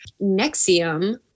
Nexium